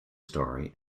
story